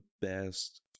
best